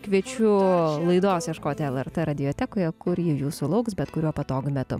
kviečiu laidos ieškoti lrt radiotekoje kur ji jūsų lauks bet kuriuo patogiu metu